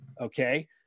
Okay